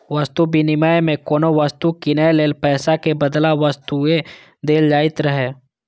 वस्तु विनिमय मे कोनो वस्तु कीनै लेल पैसा के बदला वस्तुए देल जाइत रहै